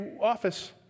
office